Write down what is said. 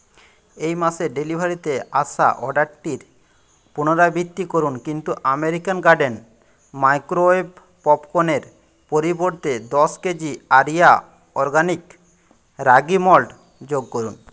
এই মাসে ডেলিভারিতে আসা অর্ডারটির পুনরাবৃত্তি করুন কিন্তু আমেরিকান গার্ডেন মাইক্রোওয়েভ পপকনের পরিবর্তে দশ কেজি আরিয়া অরগানিক রাগি মল্ট যোগ করুন